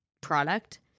product